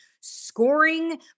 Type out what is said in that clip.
scoring